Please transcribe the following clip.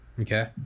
Okay